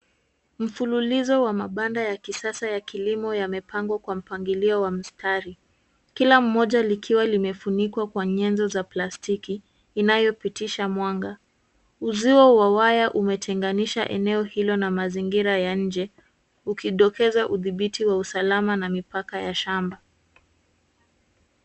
Mfululuzi wa mabanda ya kisasa ya kilimo yamepangwa kwa mpangilio wa mstari. Kila moja likiwa limefunikwa kwa nyenzo za plastiki inayopitisha mwanga. Uzio wa waya umetenganisha eneo hilo na mazingira ya nje ukidokeza udhibiti wa usalama na mipaka ya shamba.